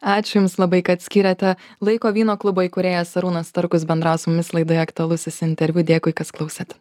ačiū jums labai kad skyrėte laiko vyno klubo įkūrėjas arūnas starkus bendravo su mumis laidoje aktualusis interviu dėkui kas klausėt